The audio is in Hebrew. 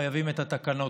חייבים את התקנות.